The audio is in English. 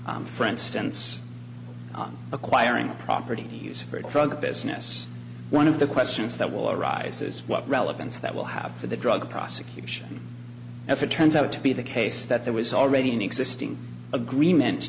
here for instance acquiring a property to use for a drug business one of the questions that will arise is what relevance that will have for the drug prosecution if it turns out to be the case that there was already an existing agreement